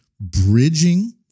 bridging